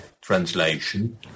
translation